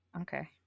Okay